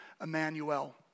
Emmanuel